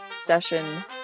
session